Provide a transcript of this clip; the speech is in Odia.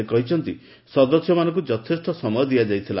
ସେ କହିଛନ୍ତି ସଦସ୍ୟମାନଙ୍କୁ ଯଥେଷ୍ଟ ସମୟ ଦିଆଯାଇଥିଲା